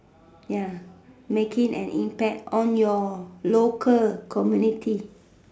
ya making an impact on your local community